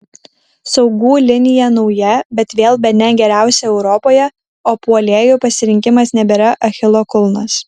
saugų linija nauja bet vėl bene geriausia europoje o puolėjų pasirinkimas nebėra achilo kulnas